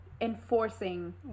enforcing